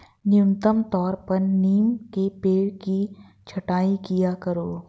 नियमित तौर पर नीम के पेड़ की छटाई किया करो